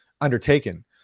undertaken